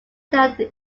than